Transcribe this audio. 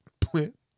Plant